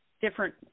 different